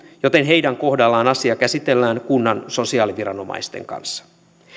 joten heidän kohdallaan asia käsitellään kunnan sosiaaliviranomaisten kanssa